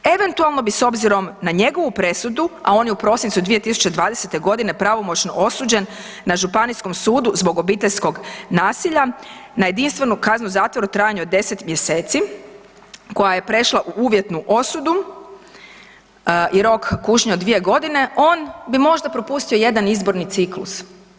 Eventualno bi, s obzirom na njegovu presudu, a on je u prosincu 2020. g. pravomoćno osuđen na županijskom sudu zbog obiteljskog nasilja, na jedinstvenu kaznu zatvora u trajanju od 10 mjeseci, koja je prešla u uvjetnu osudu i rok kušnje od 2 godine, on bi možda propustio jedan izborni ciklus.